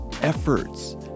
efforts